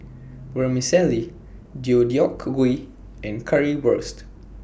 Vermicelli Deodeok Gui and Currywurst